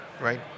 right